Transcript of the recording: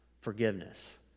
forgiveness